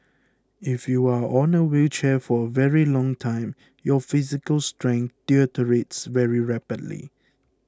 if you are on a wheelchair for a very long time your physical strength deteriorates very rapidly